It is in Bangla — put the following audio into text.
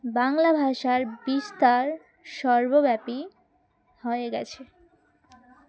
বাংলা ভাষার বিস্তার সর্বব্যাপী হয়ে গেছে